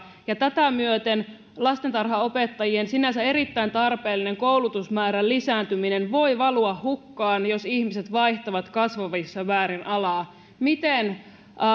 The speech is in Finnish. ja tätä myöten lastentarhanopettajien sinänsä erittäin tarpeellinen koulutusmäärän lisääntyminen voi valua hukkaan jos ihmiset vaihtavat kasvavissa määrin alaa miten